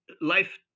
life